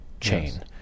chain